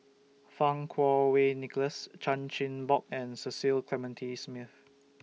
Fang Kuo Wei Nicholas Chan Chin Bock and Cecil Clementi Smith